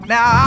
Now